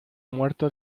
muerto